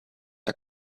are